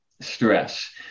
stress